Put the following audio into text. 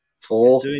Four